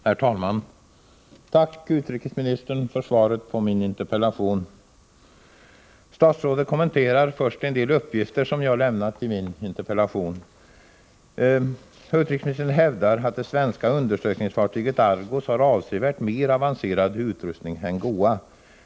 Herr talman! Tack, utrikesministern, för svaret på min interpellation! Statsrådet kommenterar först en del uppgifter som jag lämnat i min interpellation. Utrikesministern hävdar att det svenska undersökningsfartyget Argos har avsevärt mer avancerad utrustning än GOA.